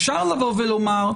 אפשר לבוא ולומר,